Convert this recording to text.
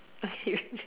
okay